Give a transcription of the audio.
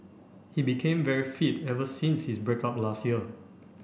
he became very fit ever since his break up last year